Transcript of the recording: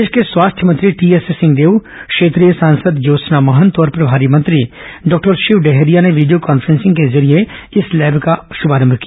प्रदेश के स्वास्थ्य मंत्री टीएस सिंहदेव क्षेत्रीय सांसद ज्योत्सना महंत और प्रभारी मंत्री डॉक्टर शिव डहरिया ने वीडियो कान्छेंसिंग के जरिए इस लैब का शुभारंभ किया